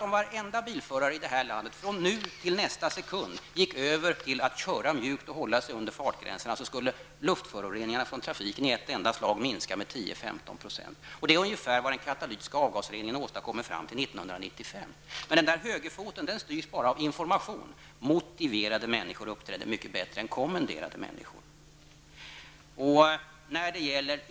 Om varje bilförare i detta land fr.o.m. nu gick över till att köra mjukt och hålla sig under fartgränserna, skulle luftföroreningarna från trafiken i ett enda slag minska med 10--15 %. Det är ungefär vad den katalytiska avgasreningen åstadkommer fram till Men dessa högerfötter styrs bara av information. Motiverade människor uppträder mycket bättre än kommenderade människor.